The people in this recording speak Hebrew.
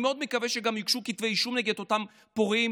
אני מאוד מקווה שגם יוגשו כתבי אישום נגד אותם פורעים